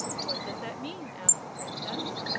what does that mean? asked the princess.